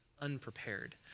unprepared